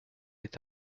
est